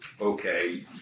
Okay